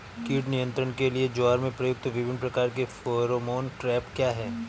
कीट नियंत्रण के लिए ज्वार में प्रयुक्त विभिन्न प्रकार के फेरोमोन ट्रैप क्या है?